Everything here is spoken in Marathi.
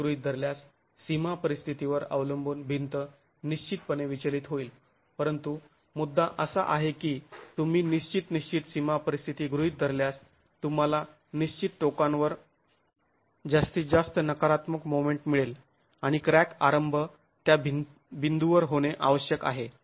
असे गृहीत धरल्यास सीमा परिस्थितीवर अवलंबून भिंत निश्चितपणे विचलित होईल परंतु मुद्दा असा आहे की तुम्ही निश्चित निश्चित सीमा परिस्थिती गृहीत धरल्यास तुम्हाला निश्चित टोकांवर जास्तीत जास्त नकारात्मक मोमेंट मिळेल आणि क्रॅक आरंभ त्या बिंदूवर होणे आवश्यक आहे